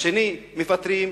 השני מפטרים,